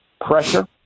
pressure